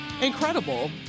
Incredible